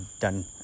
done